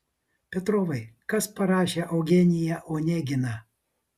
petrovai kas parašė eugeniją oneginą